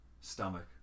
stomach